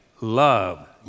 love